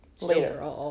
Later